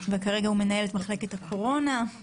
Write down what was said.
כרגע מנהל את מחלקת הקורונה.